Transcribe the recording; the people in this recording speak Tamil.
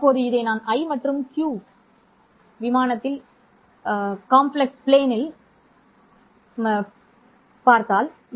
இப்போது நான் இதை I மற்றும் Q விமானத்தில் சதி செய்தால் சரி